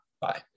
Bye